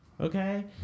Okay